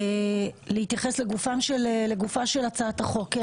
להתייחס לגופה של הצעת החוק?